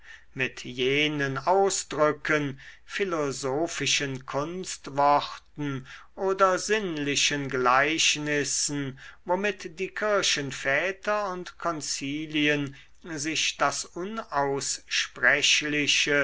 mit jenen ausdrücken philosophischen kunstworten oder sinnlichen gleichnissen womit die kirchenväter und konzilien sich das unaussprechliche